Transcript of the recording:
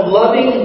loving